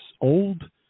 old